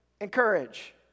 encourage